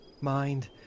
mind